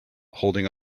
holding